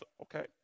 okay